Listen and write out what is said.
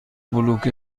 بلوک